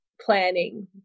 planning